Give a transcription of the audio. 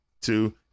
two